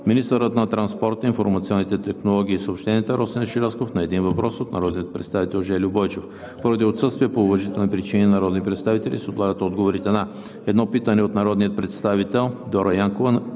министърът на транспорта, информационните технологии и съобщенията Росен Желязков – на един въпрос от народния представител Жельо Бойчев. Поради отсъствие по уважителни причини на народни представители се отлагат отговорите на: - едно питане от народния представител Дора Янкова